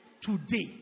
today